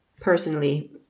personally